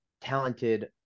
talented